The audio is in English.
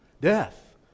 death